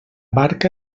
barca